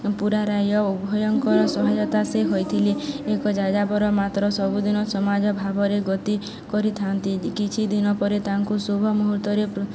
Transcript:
ପୁରା ରାଜ୍ୟ ଉଭୟଙ୍କର ସହାୟତା ସେ ହୋଇଥିଲେ ଏକ ଯାଯାବର ମାତ୍ର ସବୁଦିନ ସମାଜ ଭାବରେ ଗତି କରିଥାନ୍ତି କିଛି ଦିନ ପରେ ତାଙ୍କୁ ଶୁଭ ମୁହୂର୍ତ୍ତରେ